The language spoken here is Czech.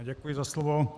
Děkuji za slovo.